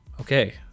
Okay